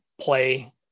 play